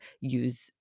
use